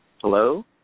Hello